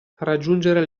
raggiungere